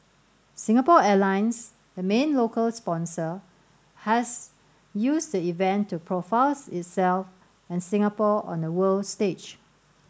Singapore Airlines the main local sponsor has used the event to profiles itself and Singapore on the world stage